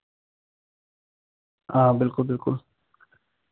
हां बिलकुल बिलकुल